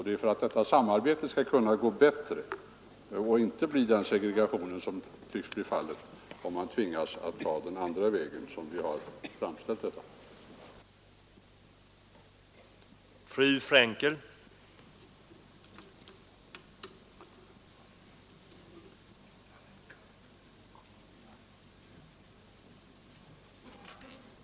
Det är för att samarbetet skall gå bättre och inte ge den segregation som tycks kunna bli fallet, om man tvingas ta den andra vägen — den utan möjlighet att räkna in de enskilda förskolorna fullvärdigt i den kommunala planeringen —, som vi har gjort vår framställning.